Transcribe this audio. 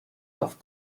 auf